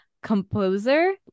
composer